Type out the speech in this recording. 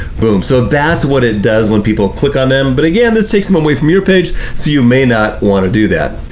boom, so that's what it does when people click on them, but again this takes them away from your page, so you may not want to do that.